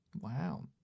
Wow